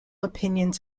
opinions